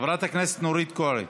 חברת הכנסת נורית קורן.